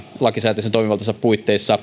lakisääteisen toimivaltansa puitteissa